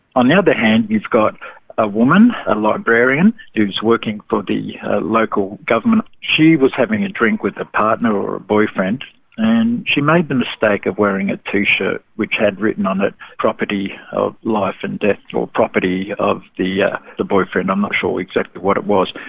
on the other hand you've got a woman, a librarian, who's working for the local government. she was having a drink with her partner or her boyfriend and she made the mistake of wearing a t-shirt which had written on it, property of life and death, or property of the yeah the boyfriend, i'm not sure exactly what it was.